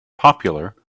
popular